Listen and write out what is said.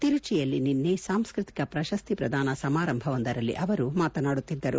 ತಿರುಚಿಯಲ್ಲಿ ನಿನ್ನೆ ಸಾಂಸೃತಿಕ ಪ್ರಶಸ್ತಿ ಪ್ರದಾನ ಸಮಾರಂಭವೊಂದರಲ್ಲಿ ಅವರು ಮಾತನಾಡುತ್ತಿದ್ದರು